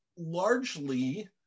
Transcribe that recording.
largely